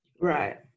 Right